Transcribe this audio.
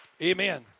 Amen